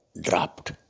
dropped